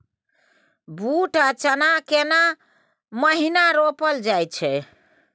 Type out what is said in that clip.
बूट आ चना केना महिना रोपल जाय छै?